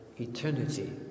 eternity